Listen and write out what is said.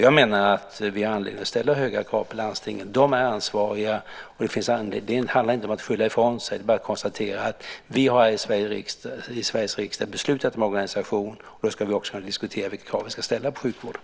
Jag menar att vi har anledning att ställa höga krav på landstingen. De är ansvariga. Det handlar inte om att skylla ifrån sig. Det är bara att konstatera att vi i Sveriges riksdag har beslutat om en organisation. Då ska vi också kunna diskutera vilka krav vi ska ställa på sjukvården.